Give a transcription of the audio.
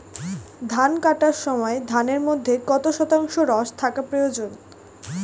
ধান কাটার সময় ধানের মধ্যে কত শতাংশ রস থাকা প্রয়োজন?